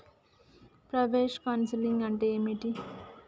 ప్రవేశ కౌన్సెలింగ్ అంటే ఏమిటి?